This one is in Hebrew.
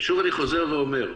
שוב, אני חוזר ואומר: